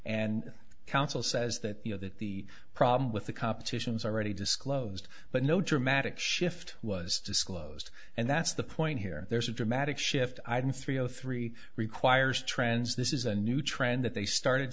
and council says that you know that the problem with the competition's already disclosed but no dramatic shift was disclosed and that's the point here there's a dramatic shift i did three o three requires trends this is a new trend that they started